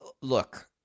look